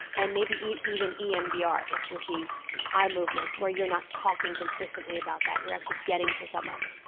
and maybe even emdr, which is the eye movement where you're not talking consistently about that you're actually getting to some of it.